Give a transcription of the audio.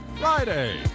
Friday